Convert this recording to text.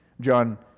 John